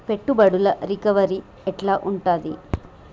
పెట్టుబడుల రికవరీ ఎట్ల ఉంటది?